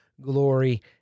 glory